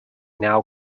now